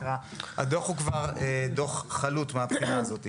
-- הדוח הוא כבר "דוח חלוט" מהבחינה הזאת.